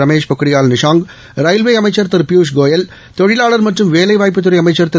Ramesh Pokhriyal railway அமைச்ச் திரு பியூஷ் கோயல் தொழிலாளா மற்றும் வேலைவாய்ப்புத்துறை அமைச்சர் திரு